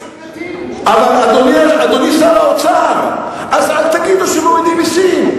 אדוני שר האוצר, אז אל תגידו שמורידים מסים.